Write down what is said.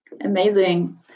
Amazing